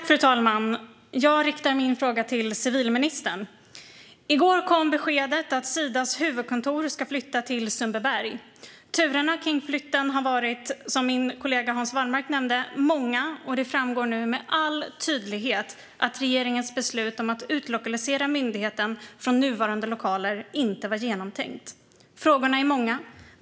Fru talman! Jag riktar min fråga till civilministern. I går kom beskedet att Sidas huvudkontor ska flytta till Sundbyberg. Turerna kring flytten har, som min kollega Hans Wallmark nämnde, varit många, och det framgår nu med all tydlighet att regeringens beslut om att utlokalisera myndigheten från nuvarande lokaler inte var genomtänkt. Frågorna är många.